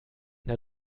der